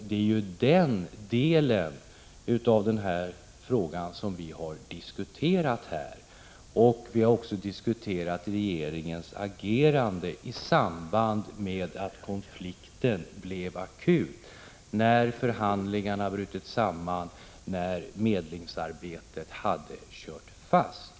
Det är den delen av frågan som vi här har diskuterat, liksom regeringens agerande i samband med att konflikten blev akut när förhandlingarna hade brutit samman och medlingsarbetet kört fast.